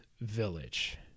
Village